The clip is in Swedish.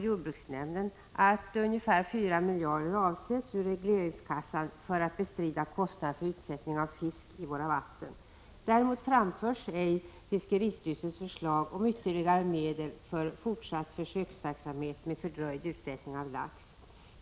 Jordbruksnämnden föreslår att ungefär fyra miljarder kronor ur regleringskassan används för att bestrida kostnaderna för utsättning av fisk i våra vatten. Däremot framförs ej fiskeristyrelsens förslag om ytterligare medel för fortsatt försöksverksamhet med fördröjd utsättning av lax.